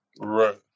Right